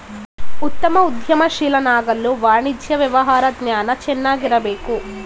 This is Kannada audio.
ಉತ್ತಮ ಉದ್ಯಮಶೀಲನಾಗಲು ವಾಣಿಜ್ಯ ವ್ಯವಹಾರ ಜ್ಞಾನ ಚೆನ್ನಾಗಿರಬೇಕು